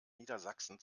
niedersachsen